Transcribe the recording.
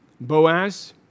Boaz